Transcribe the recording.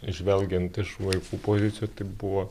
žvelgiant iš vaikų pozicijų tai buvo